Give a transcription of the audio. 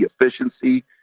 efficiency